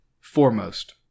foremost